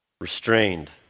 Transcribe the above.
restrained